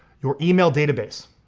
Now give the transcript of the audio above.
your email database.